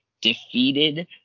defeated